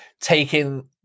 taking